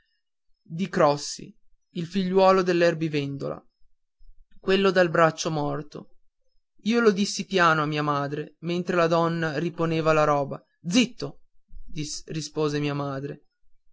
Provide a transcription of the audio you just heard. di crossi il figliuolo dell'erbivendolo quello del braccio morto io lo dissi piano a mia madre mentre la donna riponeva la roba zitto rispose mia madre